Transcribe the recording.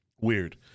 weird